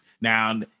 Now